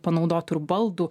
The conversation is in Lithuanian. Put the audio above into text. panaudotų ir baldų